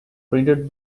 printed